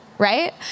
Right